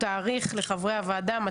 חברי הוועדה,